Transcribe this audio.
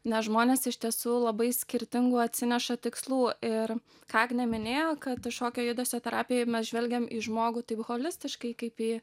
nes žmonės iš tiesų labai skirtingų atsineša tikslų ir agnė minėjo kad šokio judesio terapijoj mes žvelgiam į žmogų taip holistiškai kaip į